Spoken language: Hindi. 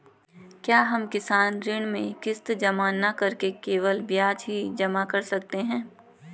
क्या हम किसान ऋण में किश्त जमा न करके केवल ब्याज ही जमा कर सकते हैं?